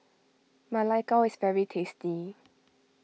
Ma Lai Gao is very tasty